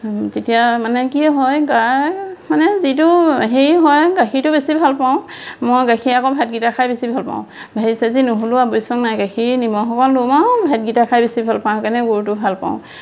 তেতিয়া মানে কি হয় গা মানে যিটো হেৰি হয় গাখীৰটো বেছি ভাল পাওঁ মই গাখীৰ আকৌ ভাতকিটা খাই বেছি ভাল পাওঁ ভাজি চাজী নহ'লেও আৱশ্যক নাই গাখীৰ নিমখ অকন লওঁ আৰু মই ভাতকেইটা খাই বেছি ভাল পাওঁ কেনে গৰুটো ভাল পাওঁ